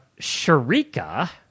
Sharika